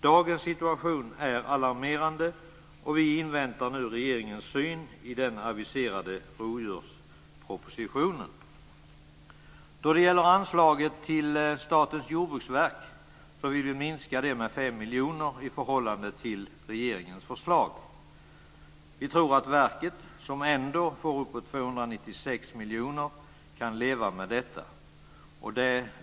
Dagens situation är alarmerande, och vi inväntar nu regeringens syn i den aviserade rovdjurspropositionen. Anslaget till Statens jordbruksverk vill vi minska med 5 miljoner i förhållande till regeringens förslag. Vi tror att verket, som ändå får uppemot 296 miljoner, kan leva med detta.